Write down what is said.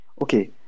Okay